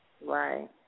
Right